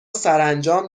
سرانجام